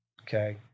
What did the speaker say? Okay